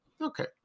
Okay